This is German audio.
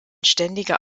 ständiger